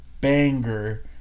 banger